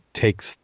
takes